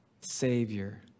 savior